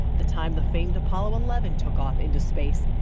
the time the famed apollo eleven took off into space.